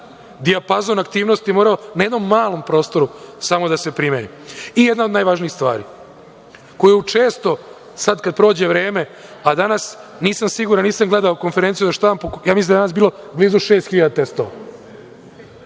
dijapazon aktivnosti morao na jednom malom prostoru da se primeni. Jedna od najvažnijih stvari koju često sad kad prođe vreme, a danas nisam siguran, nisam gledao konferenciju za štampu, ja mislim da je danas bilo blizu 6.000 testova.